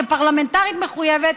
כפרלמנטרית מחויבת,